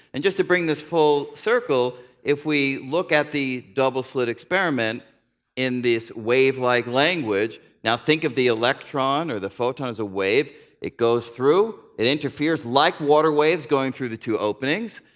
and just to bring this full circle, if we look at the double slit experiment in this wave-like language, now think of the electron or the photon as a wave, it goes through, it interferes interferes like water waves going through the two openings,